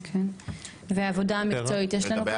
ועבודה מקצועית יש לנו?